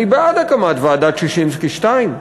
אני בעד הקמת ועדת ששינסקי 2,